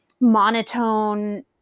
monotone